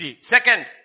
Second